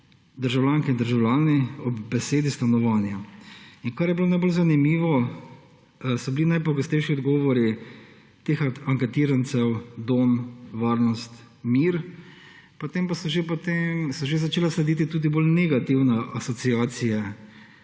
državljanke in državljani ob besedi stanovanja. Kar je bilo najbolj zanimivo, so bili najpogostejši odgovori teh anketirancev: dom, varnost, mir. Potem pa so že začela slediti tudi bolj negativne asociacije